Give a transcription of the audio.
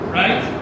right